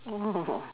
oh